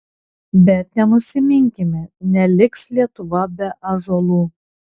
bet nenusiminkime neliks lietuva be ąžuolų